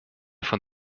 von